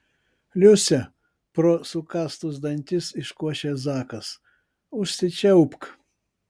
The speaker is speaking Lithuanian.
liuse pro sukąstus dantis iškošė zakas užsičiaupk